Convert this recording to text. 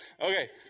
Okay